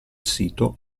sito